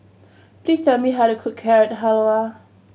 please tell me how to cook Carrot Halwa